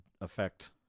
affect